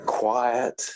quiet